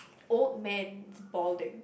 old man boarding